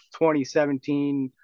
2017